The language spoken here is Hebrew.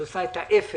היא עושה ההפך